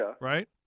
Right